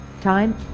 Time